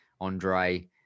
Andre